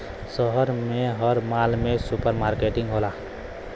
शहर में हर माल में सुपर मार्किट होला